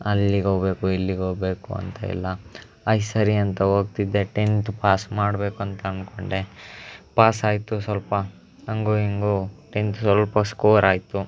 ಅಲ್ಲಿಗೆ ಹೋಗ್ಬೇಕು ಇಲ್ಲಿಗೆ ಹೋಗ್ಬೇಕು ಅಂತೆಲ್ಲ ಆಯ್ತು ಸರಿ ಅಂತ ಹೋಗ್ತಿದ್ದೆ ಟೆಂತ್ ಪಾಸ್ ಮಾಡ್ಬೇಕಂತ ಅಂದ್ಕೊಂಡೆ ಪಾಸಾಯಿತು ಸ್ವಲ್ಪ ಹಾಗೋ ಹೀಗೋ ಟೆಂತ್ ಸ್ವಲ್ಪ ಸ್ಕೋರಾಯಿತು